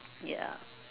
ya